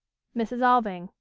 mrs. alving.